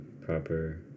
proper